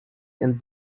and